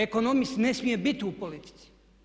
Ekonomist ne smije biti u politici.